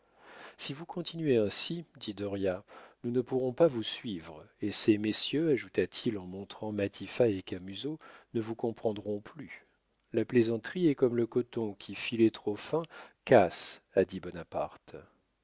si vous continuez ainsi dit dauriat nous ne pourrons pas vous suivre et ces messieurs ajouta-t-il en montrant matifat et camusot ne vous comprendront plus la plaisanterie est comme le coton qui filé trop fin casse a dit bonaparte